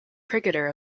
cricketer